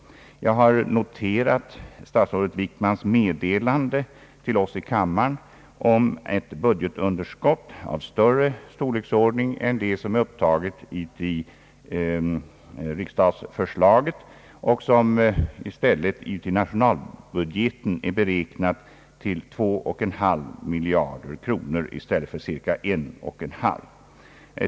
Jag har noterat statsrådet Wickmans meddelande till oss i kammaren om ett budgetunderskott av större storleksordning än det som är upptaget i riksstatsförslaget och som i nationalbudgeten är beräknat till ca 2,5 miljarder i stället för cirka 1,5 miljard kronor.